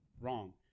wrong